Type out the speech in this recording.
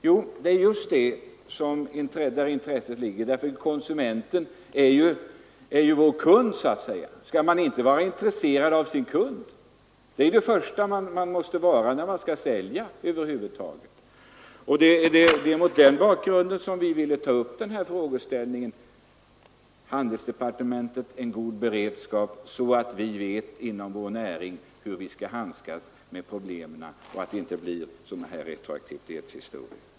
Jo, det är just där mitt intresse ligger, eftersom konsumenten är vår kund. Skall man inte vara intresserad av sin kund? Det är kunden man först och främst måste intressera sig för, om man över huvud taget skall få sälja! Mot den bakgrunden ville vi med handelsdepartementet ta upp frågeställningen om en god beredskap, så att vi får veta hur vi skall handskas med problemen inom vår näring för att det inte skall uppstå sådana här retroaktiva företeelser.